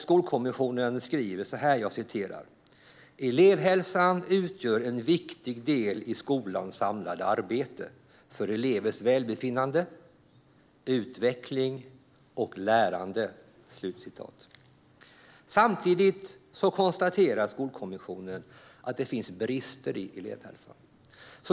Skolkommissionen skriver så här: "Elevhälsan utgör en viktig del i skolans samlade arbete för elevers välbefinnande, utveckling och lärande." Samtidigt konstaterar Skolkommissionen att det finns brister i elevhälsan.